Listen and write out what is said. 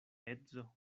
edzo